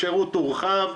השירות הורחב,